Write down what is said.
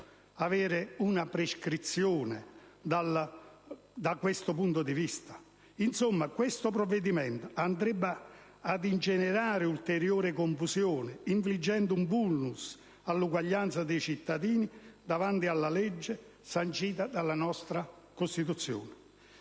avere una prescrizione da questo punto di vista? Insomma, questo provvedimento andrebbe ad ingenerare ulteriore confusione, infliggendo un *vulnus* all'uguaglianza dei cittadini davanti alla legge, sancita dalla nostra Costituzione.